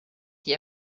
die